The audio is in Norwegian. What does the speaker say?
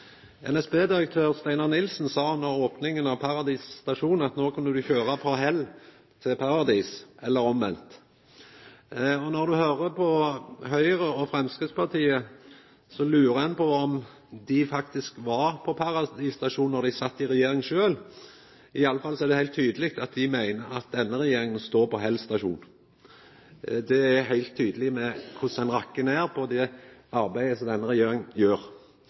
NSB-direktør Steinar Nilsen sa under opninga av Paradis stasjon at no kunne ein kjøra frå Hell til Paradis, eller omvendt. Når ein hører på Høgre og Framstegspartiet, kan ein lura på om dei faktisk var på Paradis stasjon då dei sjølve sat i regjering. I alle fall er det heilt tydeleg at dei meiner at denne regjeringa står på Hell stasjon. Det er heilt tydeleg ut frå korleis dei rakkar ned på det arbeidet som denne regjeringa gjer.